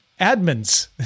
admins